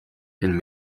end